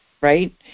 right